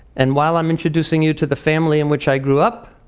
and while i'm introducing you to the family in which i grew up,